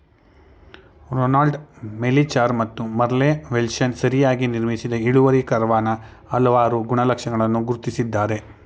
Ronald Melichar ಮತ್ತು Merle Welshons ಸರಿಯಾಗಿ ನಿರ್ಮಿಸಿದ ಇಳುವರಿ ಕರ್ವಾನ ಹಲವಾರು ಗುಣಲಕ್ಷಣಗಳನ್ನ ಗುರ್ತಿಸಿದ್ದಾರೆ